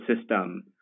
system